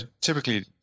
typically